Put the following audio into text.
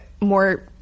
more